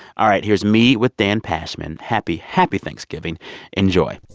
all right, here's me with dan pashman. happy happy thanksgiving enjoy